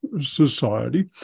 society